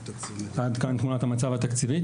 עד כאן תמונת המצב התקציבית.